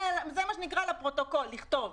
זה מה שנקרא לפרוטוקול, לכתוב.